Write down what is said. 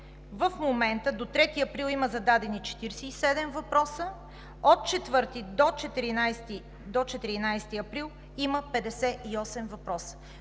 в момента – до 3 април, има зададени 47 въпроса, от 4 до 14 април има 58 въпроса.